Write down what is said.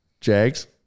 Jags